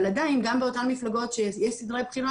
אבל עדיין גם באותן מפלגות שיש סדרי בחירה